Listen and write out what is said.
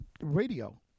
radio